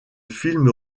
film